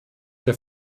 der